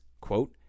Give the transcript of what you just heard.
quote